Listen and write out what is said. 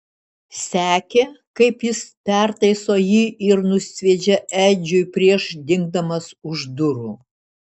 sekė kaip jis pertaiso jį ir nusviedžia edžiui prieš dingdamas už durų